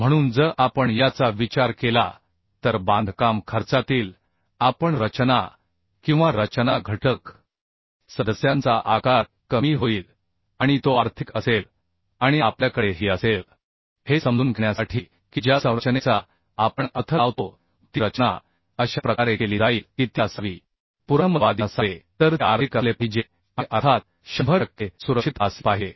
म्हणून जर आपण याचा विचार केला तर बांधकाम खर्चातील आपण रचना किंवा रचना घटक सदस्यांचा आकार कमी होईल आणि तो आर्थिक असेल आणि आपल्याकडे ही असेल हे समजून घेण्यासाठी की ज्या संरचनेचा आपण अर्थ लावतो ती रचना अशा प्रकारे केली जाईल की ती असावी पुराणमतवादी नसावे तर ते आर्थिक असले पाहिजे आणि अर्थात 100 टक्के सुरक्षितता असली पाहिजे